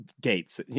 gates